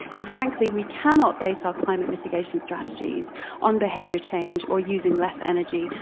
and frankly, we cannot base our climate mitigation strategies on behavior change or using less energy.